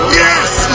yes